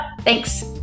Thanks